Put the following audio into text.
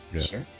Sure